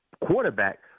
quarterback